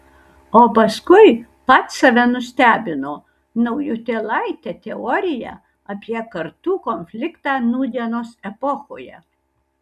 o paskui pats save nustebino naujutėlaite teorija apie kartų konfliktą nūdienos epochoje